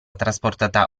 trasportata